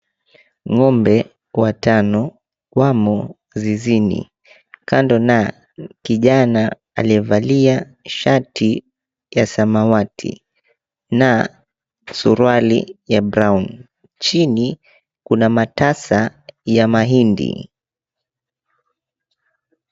Ng'ombe watano wamo zizini kando na kijana aliyevalia shati ya samawati na suruali ya brown . Chini kuna matasa ya mahindi.